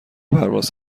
پرواز